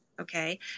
Okay